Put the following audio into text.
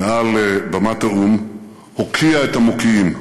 מעל במת האו"ם הוקיע את המוקיעים.